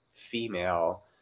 female